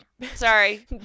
sorry